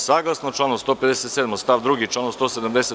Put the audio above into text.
Saglasno članu 157. stav 2, članu 170.